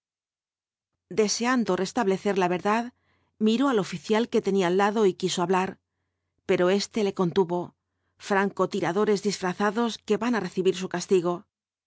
deseando restablecer la verdad miró al oficial que tenía al lado y quiso hablar pero éste le contuvo franco tiradores disfrazados que van á recibir su castigo